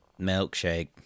Milkshake